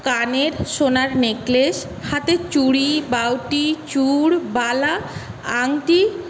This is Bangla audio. কানের সোনার নেকলেস হাতের চুড়ি বাউটি চূড় বালা আংটি